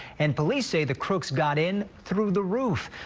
and police say the crooks got in through the roof,